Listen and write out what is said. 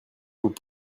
faut